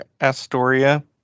Astoria